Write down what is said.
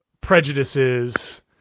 prejudices